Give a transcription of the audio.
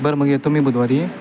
बरं मग येतो मी बुधवारी